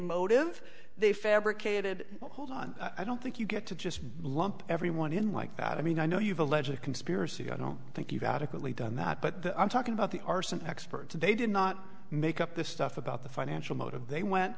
motive they fabricated hold on i don't think you get to just lump everyone in like that i mean i know you've a legit conspiracy i don't think you've adequately done that but the i'm talking about the arson experts they did not make up this stuff about the financial motive they went